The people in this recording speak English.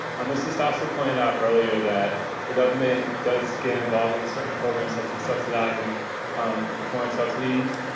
mr. stossell pointed out earlier that the government does get involved in certain programs such as subsidizing um the corn subsidies.